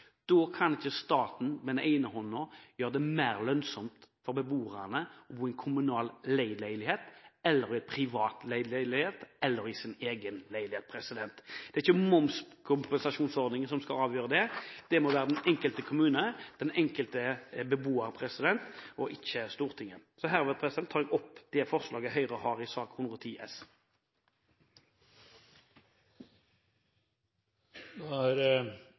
Da kan ikke staten gjøre det mer lønnsomt for beboerne å bo i kommunal leieleilighet eller i privat leid leilighet eller sin egen leilighet. Det er ikke momskompensasjonsordningen som skal avgjøre det. Det må være opp til den enkelte kommune og den enkelte beboer og ikke Stortinget. Herved tar jeg opp forslaget fra Høyre, Kristelig Folkeparti og Venstre i sak nr. 3. Da er